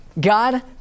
God